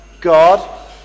God